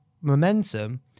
momentum